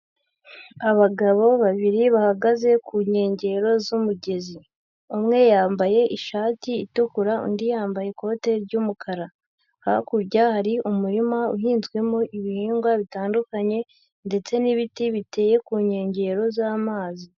Abagabo babiri bahagaze ku nkengero z'umugezi. Umwe yambaye ishati itukura undi yambaye ikote ry'umukara. Hakurya hari umurima uhinzwemo ibihingwa bitandukanye ndetse n'ibiti biteye ku nkengero z'amazi.